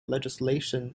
legislation